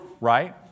right